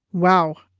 wow.